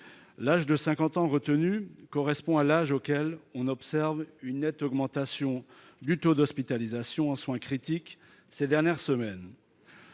que nous avons retenu correspond à l'âge à partir duquel on observe une nette augmentation du taux d'hospitalisations en soins critiques ces dernières semaines.